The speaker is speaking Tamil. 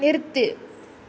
நிறுத்து